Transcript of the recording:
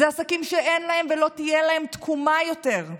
אלה עסקים שאין להם ולא תהיה להם תקומה יותר.